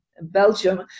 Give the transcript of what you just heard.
Belgium